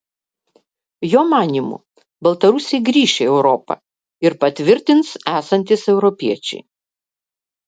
jo manymu baltarusiai grįš į europą ir patvirtins esantys europiečiai